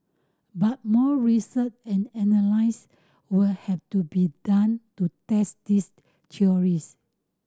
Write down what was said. but more research and analyse would have to be done to test these theories